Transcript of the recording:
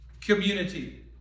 community